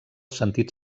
sentit